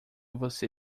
você